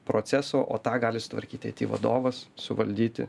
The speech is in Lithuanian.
procesų o tą gali sutvarkyti aiti vadovas suvaldyti